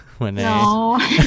No